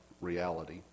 reality